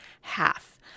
half